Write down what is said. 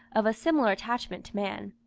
of a similar attachment to man.